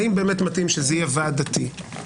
האם באמת מתאים שזה יהיה ועד דתי?